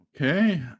Okay